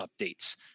updates